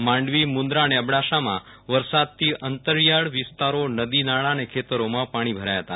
માંડવી મુન્દ્રા અને અબડાસામાં વરસાદથી અંતરીયાળ વિસ્તારો નદી નાળા અને ખેતરોમાં પાણી ભરાયા હતા